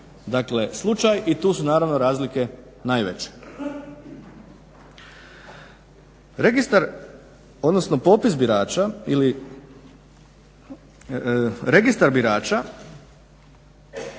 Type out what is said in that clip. dakle slučaj i tu su naravno razlike najveće.